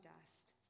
dust